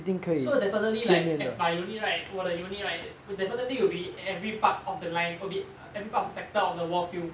so definitely like as my unit right 我的 unit right would definitely will be every part of the line will be every part of the sector of the war field